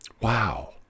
Wow